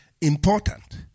important